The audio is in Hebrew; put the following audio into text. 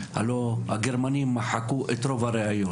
מאז הישיבה הקודמת אנחנו קיימנו מפגש עם מנהלת